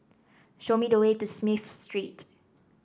show me the way to Smith Street